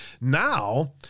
Now